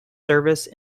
service